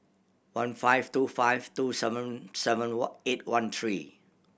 one five two five two seven seven eight one three